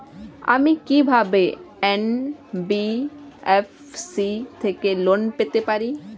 আমি কি কিভাবে এন.বি.এফ.সি থেকে লোন পেতে পারি?